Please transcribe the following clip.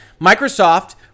Microsoft